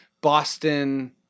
Boston